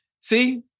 See